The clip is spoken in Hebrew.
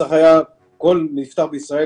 צריך היה כל נפטר בישראל,